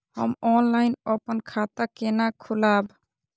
हम ऑनलाइन अपन खाता केना खोलाब?